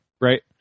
right